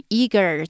eager